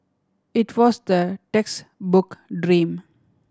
it was the textbook dream